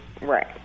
Right